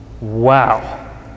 Wow